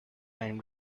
and